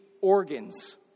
organs